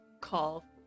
call